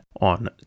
on